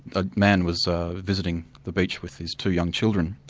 a man was visiting the beach with his two young children.